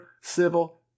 civil